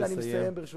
אני מסיים, ברשותך.